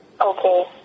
okay